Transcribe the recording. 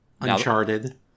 Uncharted